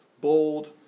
bold